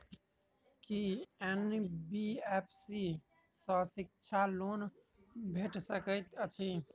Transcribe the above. की NBFC सँ शिक्षा loan भेटि सकैत अछि?